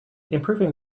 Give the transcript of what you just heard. improving